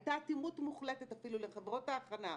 הייתה אטימות מוחלטת אפילו לחברות ההכנה,